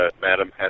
Madam